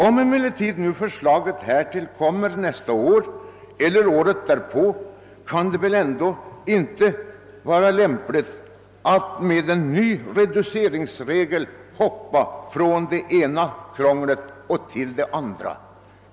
Och om förslag om mervärdeskatt framlägges nästa år eller det därpå följande året kan det väl inte vara lämpligt att med en ny reduceringsregel gå över från det ena krånglet till det andra.